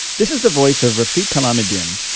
this is the voice of rafiq kalam id-din,